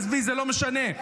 עזבי, זה לא משנה.